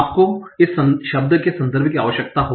आपको इस शब्द के संदर्भ की आवश्यकता होगी